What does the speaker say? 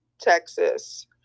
Texas